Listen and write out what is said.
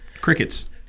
crickets